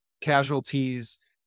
casualties